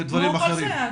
כמו כל סייעת.